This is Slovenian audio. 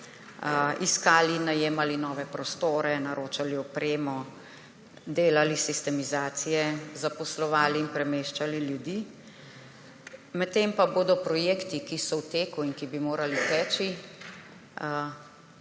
iskali, najemali nove prostore, naročali opremo, delali sistematizacije, zaposlovali in premeščali ljudi, medtem pa bodo projekti, ki so v teku in ki bi morali teči,